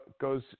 goes